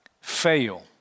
fail